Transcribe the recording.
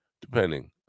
depending